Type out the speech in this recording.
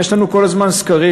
יש לנו כל הזמן סקרים.